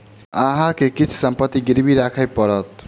अहाँ के किछ संपत्ति गिरवी राखय पड़त